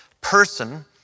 person